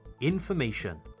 information